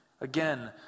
Again